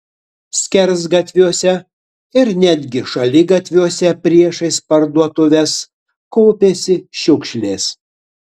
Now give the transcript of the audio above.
skersgatviuose ir netgi šaligatviuose priešais parduotuves kaupėsi šiukšlės